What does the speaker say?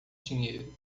dinheiro